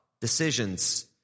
decisions